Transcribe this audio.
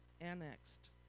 annexed